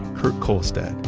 kurt kholstedt,